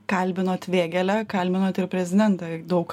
kalbinot vėgėlę kalbinot ir prezidentą daug